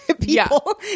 people